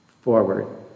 forward